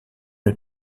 une